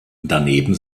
daneben